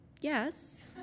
yes